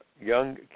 young